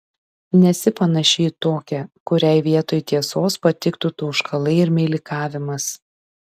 nesi panaši į tokią kuriai vietoj tiesos patiktų tauškalai ir meilikavimas